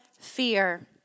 fear